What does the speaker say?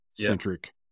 centric